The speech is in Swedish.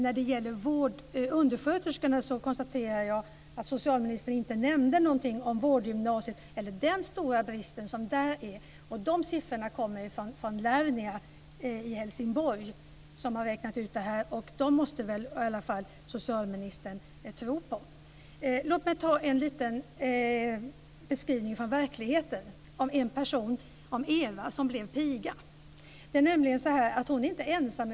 När det gäller undersköterskorna konstaterar jag att socialministern inte nämnde någonting om vårdgymnasiet eller den stora brist som finns där. De siffrorna kommer från Lernia i Helsingborg, som har räknat ut detta. Dem måste väl i alla fall socialministern tro på. Låt mig ta en liten beskrivning från verkligheten. Det handlar om Eva som blev piga. Hon är inte ensam.